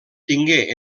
tingué